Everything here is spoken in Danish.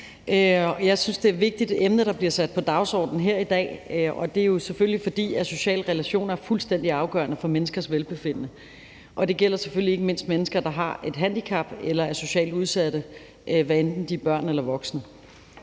Jeg synes, det er et vigtigt emne, der bliver sat på dagsordenen her i dag, og det er jo selvfølgelig, fordi sociale relationer er fuldstændig afgørende for menneskers velbefindende. Det gælder selvfølgelig ikke mindst mennesker, der har et handicap eller er socialt udsatte, hvad enten de er børn eller voksne.